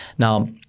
Now